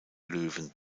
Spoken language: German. löwen